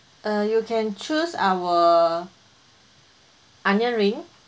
err you can choose our onion ring